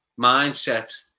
mindset